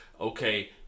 okay